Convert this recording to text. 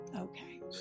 okay